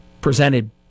Presented